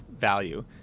value